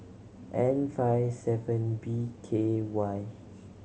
N five seven B K Y